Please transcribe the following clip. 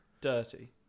dirty